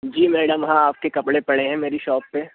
जी madam हाँ आपके कपड़े पड़े हैं मेरी शौप पर